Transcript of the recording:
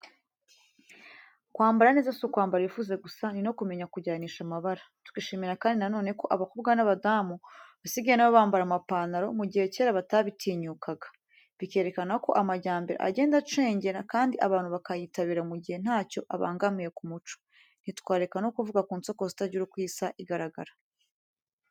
Kwambara neza si ukwambara ibifuze gusa ni no kumenya kujyanisha amabara. Tukishimira kandi na none ko abakobwa n'abadamu basigaye na bo bambara amapantaro mu gihe kera batabitinyukaga. Bikerekana ko amajyambere agenda acengera kandi abantu bakayitabira mu gihe ntacyo abangamiye ku muco. Ntitwareka no kuvuga ku nsokozo itagira uko isa igaragara.